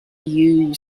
you